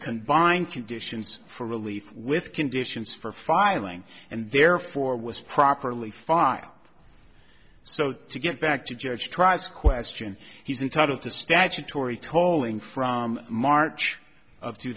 bind conditions for relief with conditions for filing and therefore was properly five so to get back to judge tries question he's entitled to statutory tolling from march of two